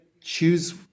choose